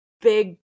big